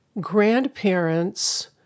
grandparents